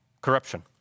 corruption